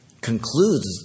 concludes